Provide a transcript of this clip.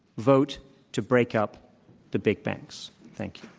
vote to break up the big banks. thank